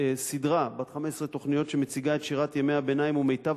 סדרה בת 15 תוכניות שמציגה את שירת ימי הביניים ומיטב